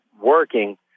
working